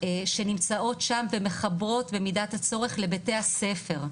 שנמצאות שם ומחברות במידת הצורך לבתי הספר.